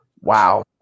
Wow